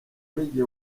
nijye